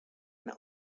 met